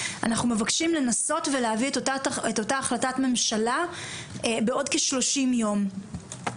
אנחנו מבקשים לנסות ולהביא את אותה החלטת ממשלה בעוד כשלושים יום.